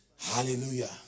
Hallelujah